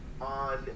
on